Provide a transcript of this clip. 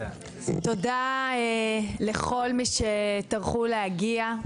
תודה לכל מי שטרחו להגיע.